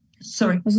sorry